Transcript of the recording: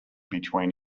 between